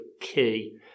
key